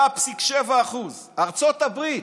34.7%; ארצות הברית,